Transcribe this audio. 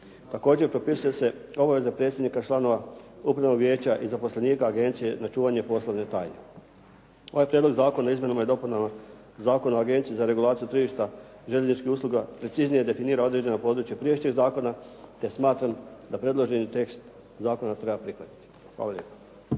Također, propisuje se obaveza predsjednika i članova upravnog vijeća i zaposlenika agencije na čuvanje poslovne tajne. Ovaj Prijedlog zakona o izmjenama i dopunama Zakona o Agenciji za regulaciju tržišta željezničkih usluga preciznije definira određena područja prijašnjeg zakona te smatram da predloženi tekst zakona treba prihvatiti. Hvala